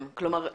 כלומר,